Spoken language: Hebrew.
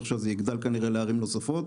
ועכשיו זה יגדל כנראה לערים נוספות